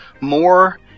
more